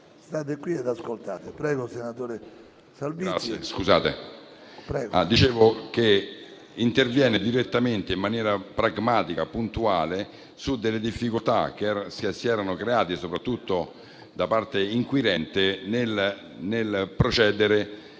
Prego, senatore Salvitti.